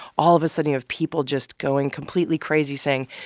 all of a sudden, you have people just going completely crazy, saying,